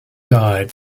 died